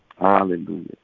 Hallelujah